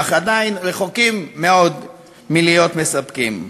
אך עדיין רחוקים מאוד מלהיות מספקים.